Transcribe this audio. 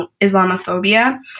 Islamophobia